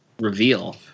reveal